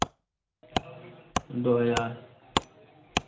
दो हज़ार